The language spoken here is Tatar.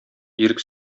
ирек